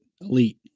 elite